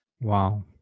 Wow